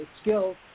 skills